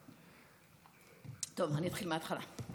אני אתחיל מהתחלה.